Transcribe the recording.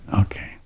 Okay